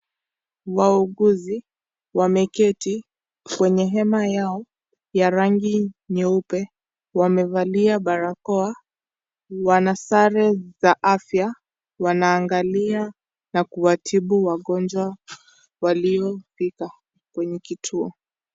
Wauguzi wameketi kwenye hema yao ya rangi nyeupe wamevalia barakoa wanasare za afya wanaangalia na kuwatibu wagonjwa walio fika kwenye kituo.